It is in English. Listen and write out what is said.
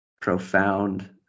profound